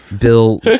bill